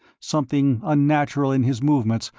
something unnatural in his movements,